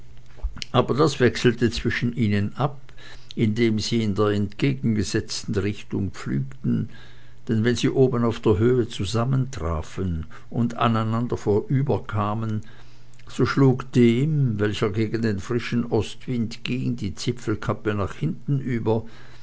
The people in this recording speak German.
aber das wechselte zwischen ihnen ab indem sie in der entgegengesetzten richtung pflügten denn wenn sie oben auf der höhe zusammentrafen und aneinander vorüberkamen so schlug dem welcher gegen den frischen ostwind ging die zipfelkappe nach hinten über